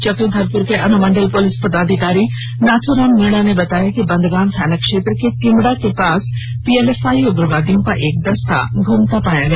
चक्रधरपुर के अनुमंडल पुलिस पदाधिकारी नाथ्राम मीणा ने बताया कि बंदगांव थाना क्षेत्र के टीमडा के पास पीएलएफआई उग्रवादियों का एक दस्ता घ्रमता पाया गया